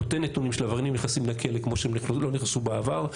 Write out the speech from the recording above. נותן נתונים של עבריינים נכנסים לכלא כמו שהם לא נכנסו בעבר,